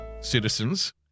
citizens